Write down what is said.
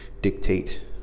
dictate